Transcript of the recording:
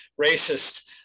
racist